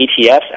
ETFs